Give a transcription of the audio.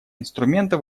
инструмента